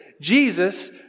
Jesus